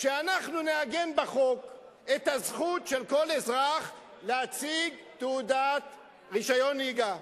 שאנחנו נעגן בחוק את הזכות של כל אזרח להציג תעודת רשיון נהיגה.